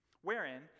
wherein